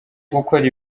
gukora